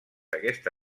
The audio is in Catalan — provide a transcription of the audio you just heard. aquesta